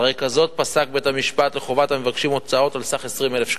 על רקע זה פסק בית-המשפט לחובת המבקשים הוצאות על סך 20,000 שקלים.